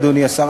אדוני השר,